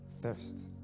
thirst